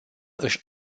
își